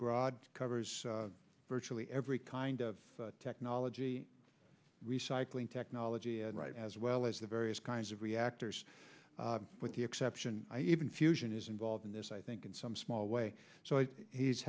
broad covers virtually every kind of technology recycling technology and right as well as the various kinds of reactors with the exception i even fusion is involved in this i think in some small way so